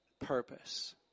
purpose